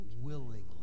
willingly